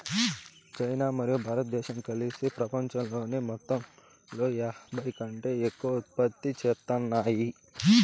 China మరియు భారతదేశం కలిసి పపంచంలోని మొత్తంలో యాభైకంటే ఎక్కువ ఉత్పత్తి చేత్తాన్నాయి